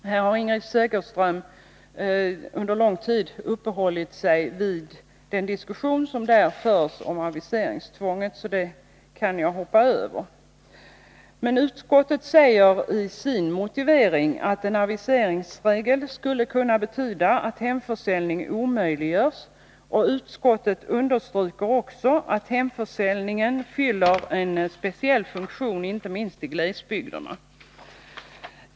Ingrid Segerström har länge uppehållit sig vid den diskussion som där förs om aviseringstvång, så jag kan hoppa över det. Utskottet säger i sin motivering att en aviseringsregel skulle kunna betyda att hemförsäljning omöjliggörs, och utskottet understryker också att hemförsäljningen fyller en speciell funktion inte minst i glesbygderna.